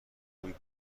خوبی